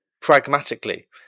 pragmatically